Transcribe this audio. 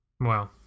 Wow